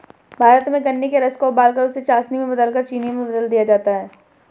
भारत में गन्ने के रस को उबालकर उसे चासनी में बदलकर चीनी में बदल दिया जाता है